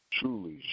Truly